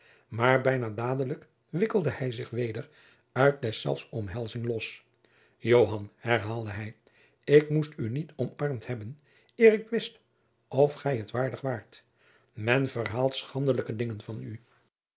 maar bijna dadelijk wikkelde hij zich weder uit deszelfs omhelzing los joan herhaalde hij ik moest u niet omarmd hebben eer ik wist of gij het waardig waart men verhaalt schandelijke dingen van u